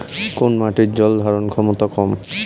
কোন মাটির জল ধারণ ক্ষমতা কম?